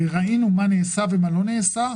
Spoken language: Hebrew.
ראינו מה נעשה ומה לא נעשה,